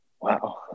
Wow